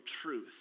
truth